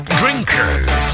drinkers